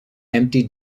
empty